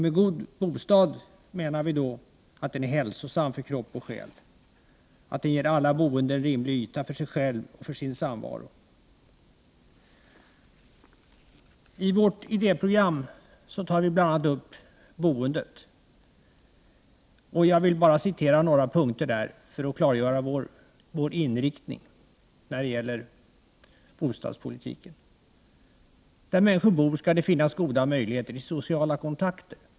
Med god bostad menar vi att den är hälsosam till kropp och själ, att den ger alla boende rimlig yta för sig själva och för samvaro. I vårt idéprogram tar vi bl.a. upp boendet. Jag vill bara citera några punkter för att klargöra vår inriktning när det gäller bostadspolitiken. ”1. Där människor bor ska det finnas goda möjligheter till sociala kontakter. 2.